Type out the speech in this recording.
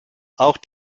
auch